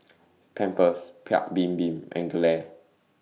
Pampers Paik's Bibim and Gelare